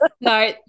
no